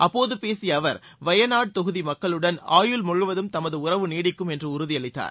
அப்போது பேசிய அவர் வயநாடு தொகுதி மக்களுடன் ஆயுள் முழுவதும் தமது உறவு நீடிக்கும் என்று உறுதியளித்தார்